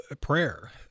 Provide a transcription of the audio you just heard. prayer